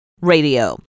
radio